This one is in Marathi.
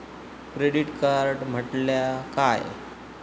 क्रेडिट कार्ड म्हटल्या काय?